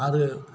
आरो